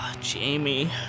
Jamie